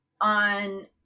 on